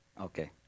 Okay